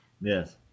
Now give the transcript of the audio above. Yes